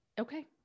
Okay